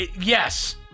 Yes